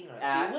uh